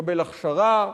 לקבל הכשרה בחינם.